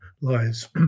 lies